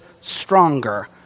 stronger